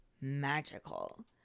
magical